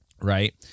right